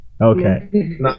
Okay